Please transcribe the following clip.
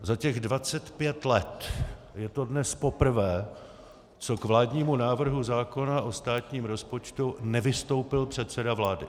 Za těch 25 let je to dnes poprvé, co k vládnímu návrhu zákona o státním rozpočtu nevystoupil předseda vlády.